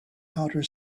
outer